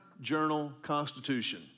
Journal-Constitution